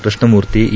Krishnamurthy A